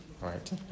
right